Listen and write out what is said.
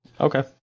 Okay